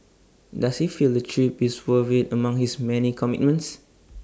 does he feel the trip is worth IT among his many commitments